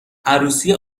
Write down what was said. عروسی